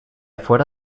fuera